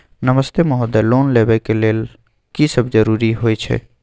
नमस्ते महोदय, लोन लेबै के लेल की सब जरुरी होय छै?